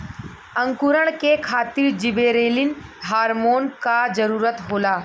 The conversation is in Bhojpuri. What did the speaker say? अंकुरण के खातिर जिबरेलिन हार्मोन क जरूरत होला